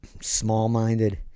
small-minded